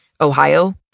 Ohio